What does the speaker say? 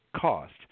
cost